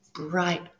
bright